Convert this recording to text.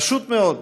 פשוט מאוד,